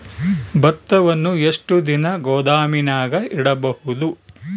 ಭತ್ತವನ್ನು ಎಷ್ಟು ದಿನ ಗೋದಾಮಿನಾಗ ಇಡಬಹುದು?